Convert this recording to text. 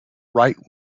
right